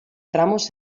tramos